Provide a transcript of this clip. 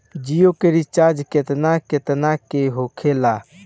जियो के रिचार्ज केतना केतना के होखे ला?